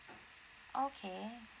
okay